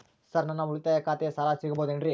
Sir ನನ್ನ ಉಳಿತಾಯ ಖಾತೆಯ ಸಾಲ ಸಿಗಬಹುದೇನ್ರಿ?